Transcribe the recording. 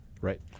right